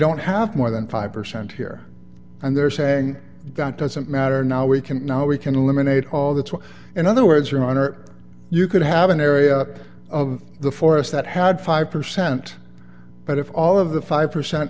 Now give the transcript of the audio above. don't have more than five percent here and there saying that doesn't matter now we can now we can eliminate all that's what in other words you're on or you could have an area of the forest that had five percent but if all of the five percent